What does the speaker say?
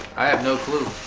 i have no clue.